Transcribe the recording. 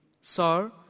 Sir